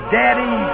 daddy